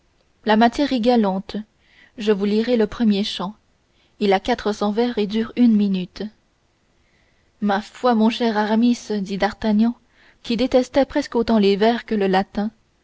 la matière est galante je vous lirai le premier chant il a quatre cents vers et dure une minute ma foi mon cher aramis dit d'artagnan qui détestait presque autant les vers que le latin